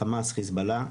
בחמאס וחיזבאללה,